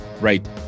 right